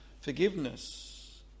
forgiveness